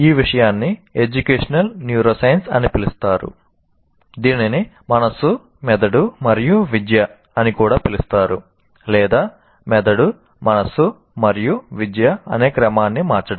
ఈ విషయాన్ని educational neuroscience అని పిలుస్తారు దీనిని మనస్సు మెదడు మరియు విద్య అని కూడా పిలుస్తారు లేదా మెదడు మనస్సు మరియు విద్య అనే క్రమాన్ని మార్చడం